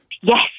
Yes